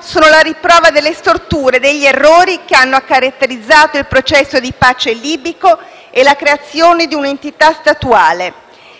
sono la riprova delle storture e degli errori che hanno caratterizzato il processo di pace libico e la creazione di un'entità statuale: